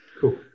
Cool